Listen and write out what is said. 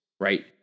right